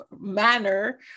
manner